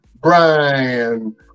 Brian